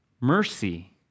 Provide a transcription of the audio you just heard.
Mercy